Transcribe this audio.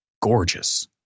gorgeous